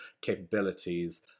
capabilities